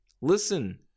Listen